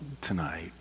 tonight